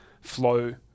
flow